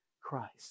Christ